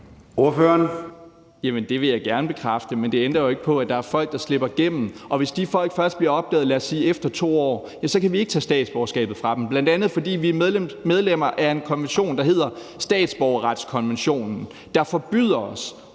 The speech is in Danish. det vil jeg gerne bekræfte, men det ændrer jo ikke på, at der er folk, der slipper igennem, og hvis de folk først bliver opdaget, lad os sige efter 2 år, så kan vi ikke tage statsborgerskabet fra dem, bl.a. fordi vi er medlemmer af en konvention, der hedder statsborgerretskonventionen, og som forbyder os